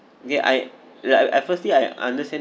ya I like at at firstly I understand